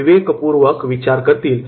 ते विवेक पूर्वक विचार करतील